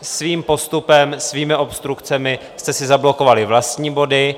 Svým postupem, svými obstrukcemi jste si zablokovali vlastní body.